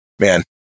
man